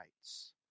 rights